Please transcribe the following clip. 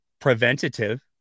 preventative